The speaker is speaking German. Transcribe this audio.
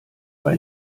bei